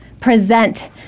present